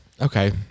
Okay